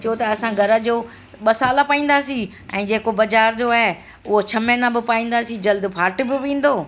छो त असां घर जो ॿ साल पाईंदासीं ऐं जेको बाज़ारि जो आहे उअ छह महीना पोइ पाईंदासी जल्दी फाट बि वेंदो